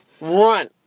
Run